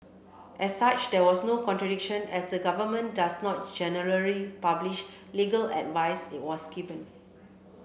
as such there was no contradiction as the government does not generally publish legal advice it was given